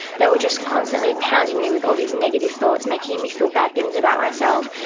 they were just constantly pounding me with all these negative thoughts, making me feel bad things about myself,